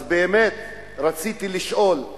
אז באמת רציתי לשאול: